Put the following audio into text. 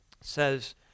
says